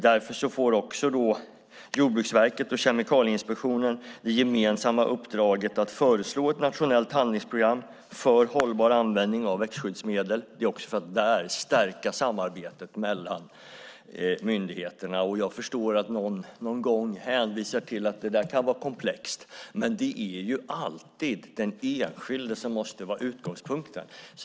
Därför får Jordbruksverket och Kemikalieinspektionen det gemensamma uppdraget att föreslå ett nationellt handlingsprogram för hållbar användning av växtskyddsmedel. Det är för att också där stärka samarbetet mellan myndigheterna. Jag förstår att någon någon gång hänvisar till att detta kan vara komplext, men det är alltid den enskilde som måste vara utgångspunkten.